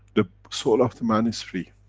the soul of the man is free.